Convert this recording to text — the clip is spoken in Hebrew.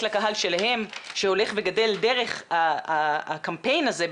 לקהל שלהם שהולך וגדל דרך הקמפיין הזה,